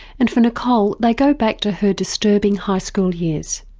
and for nicole, they go back to her disturbing high school years.